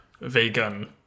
vegan